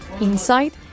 Inside